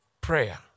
prayer